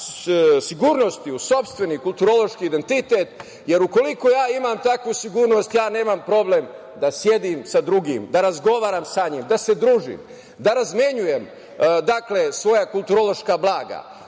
sigurnosti u sopstveni kulturološki identitet, jer ukoliko ja imam takvu sigurnost, ja nemam problem da sedim sa drugim, da razgovaram sa njim, da se družim, da razmenjujem svoja kulturološka blaga,